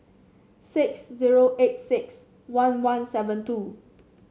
six zero eight six one one seven two